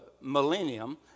millennium